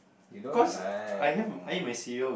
you don't like oh